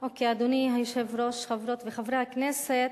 אדוני היושב-ראש, חברות וחברי הכנסת,